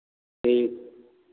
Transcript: ठीक